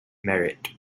merit